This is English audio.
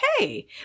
okay